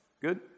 good